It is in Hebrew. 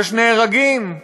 יש נהרגים,